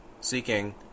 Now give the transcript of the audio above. seeking